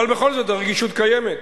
אבל בכל זאת הרגישות קיימת.